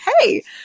hey